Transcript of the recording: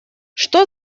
что